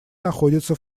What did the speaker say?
находится